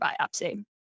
biopsy